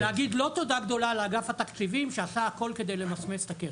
ולהגיד לא תודה גדולה לאגף התקציבים שעשה הכול כדי למסמס את הקרן.